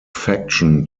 faction